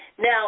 Now